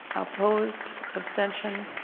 opposed. abstention.